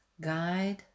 guide